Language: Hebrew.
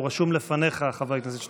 הוא רשום לפניך, חבר הכנסת שטרן.